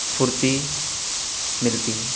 پھرتی ملتی ہے